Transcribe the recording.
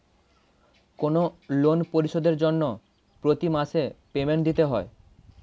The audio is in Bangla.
কোনো লোন পরিশোধের জন্য প্রতি মাসে পেমেন্ট দিতে হয়